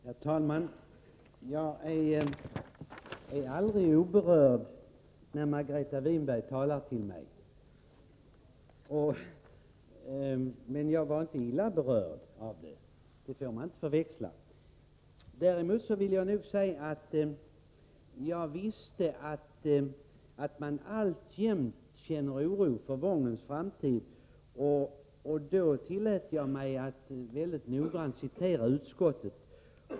Herr talman! Jag är aldrig oberörd när Margareta Winberg talar till mig, men jag var inte illa berörd — det får man inte förväxla. Jag vill nog säga att jag visste att man alltjämt känner oro för Wångens framtid, och då tillät jag mig att mycket noggrant citera utskottet.